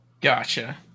Gotcha